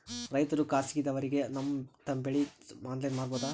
ರೈತರು ಖಾಸಗಿದವರಗೆ ತಮ್ಮ ಬೆಳಿ ಆನ್ಲೈನ್ ಮಾರಬಹುದು?